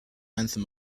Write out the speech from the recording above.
anthem